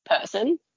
person